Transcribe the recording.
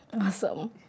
Awesome